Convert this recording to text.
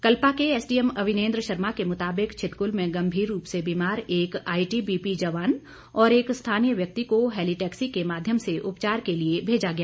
कल्पा के एसडीएम अविनेन्द्र शर्मा के मुताबिक छितकुल में गंभीर रूप से बीमार एक आईटीबीपी जवान और एक स्थानीय व्यक्ति को हैलीटैक्सी के माध्यम से उपचार के लिए भेजा गया है